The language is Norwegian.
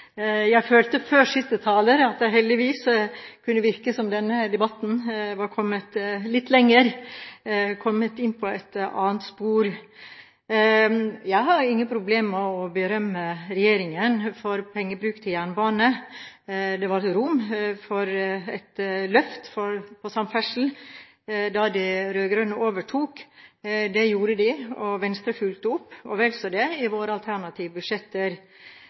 Jeg følte – før siste taler – at det heldigvis kunne virke som om denne debatten var kommet litt lenger og kommet inn på et annet spor. Jeg har ingen problemer med å berømme regjeringen for pengebruk til jernbane. Det var rom for et løft på samferdsel da de rød-grønne overtok. Det gjorde de, og Venstre fulgte opp – og vel så det – i våre alternative budsjetter.